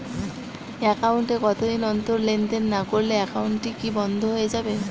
Account এ কতদিন অন্তর লেনদেন না করলে একাউন্টটি কি বন্ধ হয়ে যাবে?